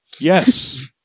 Yes